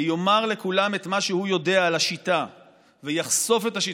ויאמר לכולם את מה שהוא יודע על השיטה ויחשוף את השיטות.